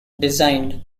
designed